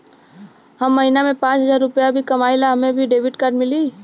हम महीना में पाँच हजार रुपया ही कमाई ला हमे भी डेबिट कार्ड मिली?